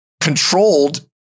controlled